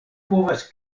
povas